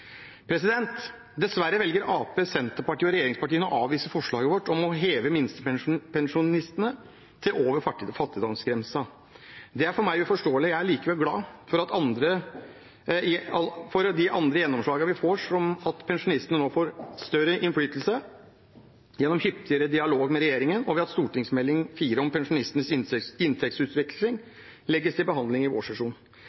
Dessverre velger Arbeiderpartiet, Senterpartiet og regjeringspartiene å avvise forslaget vårt om å heve minstepensjonistene til over fattigdomsgrensen. Det er for meg uforståelig. Jeg er likevel glad for de andre gjennomslagene vi får, som at pensjonistene nå får større innflytelse gjennom hyppigere dialog med regjeringen, og ved at Meld. St. 4 for 2020–2021, om pensjonistenes